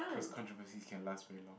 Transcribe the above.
cause controversies can last very long